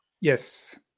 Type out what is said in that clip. Yes